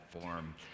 form